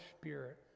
spirit